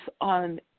on